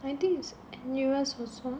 I think is N_U_S also